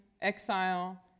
exile